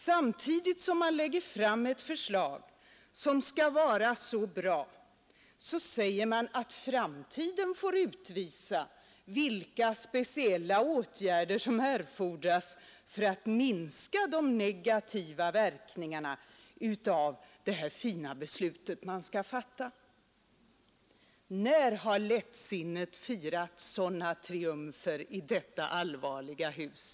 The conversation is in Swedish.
Samtidigt som man lägger fram ett förslag som skall vara så bra säger man att framtiden får utvisa vilka speciella åtgärder som erfordras för att minska de negativa verkningarna av det här fina beslutet som vi skall fatta. När har lättsinnet tidigare firat sådana triumfer i detta allvarliga hus?